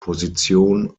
position